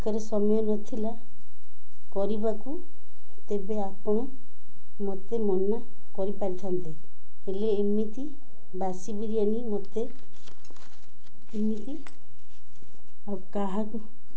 ପାଖରେ ସମୟ ନଥିଲା କରିବାକୁ ତେବେ ଆପଣ ମୋତେ ମନା କରିପାରିଥାନ୍ତେ ହେଲେ ଏମିତି ବାସି ବିରିୟାନୀ ମୋତେ ଏମିତି ଆଉ କାହାକୁ